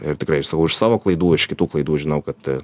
ir tikrai iš savų iš savo klaidų iš kitų klaidų žinau kad